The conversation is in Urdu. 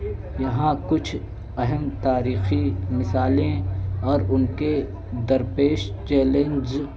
یہاں کچھ اہم تاریخی مثالیں اور ان کے درپیش چیلنج